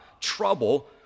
trouble